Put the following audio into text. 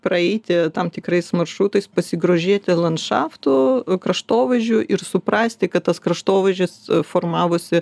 praeiti tam tikrais maršrutais pasigrožėti landšafto kraštovaizdžiu ir suprasti kad tas kraštovaizdis formavosi